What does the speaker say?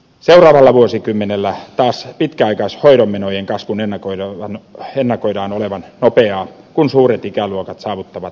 seuraavalla vuosikymmenellä taas pitkäaikaishoidon menojen kasvun ennakoidaan olevan nopeaa kun suuret ikäluokat saavuttavat vanhuusiän